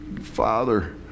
father